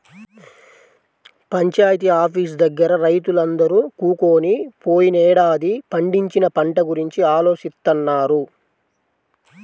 panchayat office దగ్గర రైతులందరూ కూకొని పోయినేడాది పండించిన పంట గురించి ఆలోచిత్తన్నారు